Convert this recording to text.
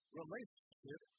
relationship